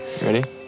ready